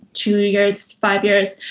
two years, five years,